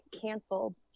canceled